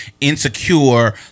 insecure